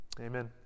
Amen